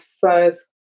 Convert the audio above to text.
first